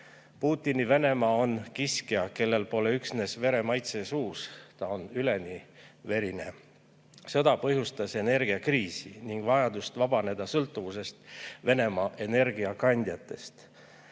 Putini Venemaa on kiskja, kellel pole üksnes vere maitse suus, ta on üleni verine. Sõda põhjustas energiakriisi ning vajadust vabaneda sõltuvusest Venemaa energiakandjatest.